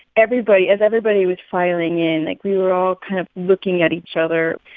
everybody as everybody was filing in, like, we were all kind of looking at each other.